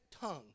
tongue